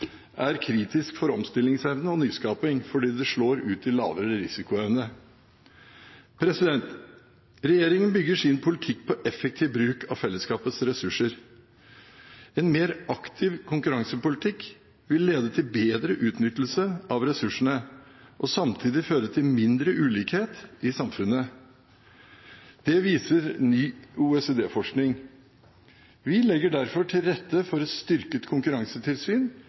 er kritisk for omstillingsevne og nyskaping fordi det slår ut i lavere risikoevne. Regjeringen bygger sin politikk på effektiv bruk av fellesskapets ressurser. En mer aktiv konkurransepolitikk vil lede til bedre utnyttelse av ressursene og samtidig føre til mindre ulikhet i samfunnet. Det viser ny OECD-forskning. Vi legger derfor til rette for et styrket konkurransetilsyn